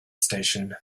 station